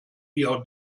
ihrer